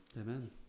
Amen